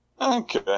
Okay